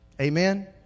Amen